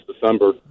December